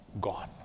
gone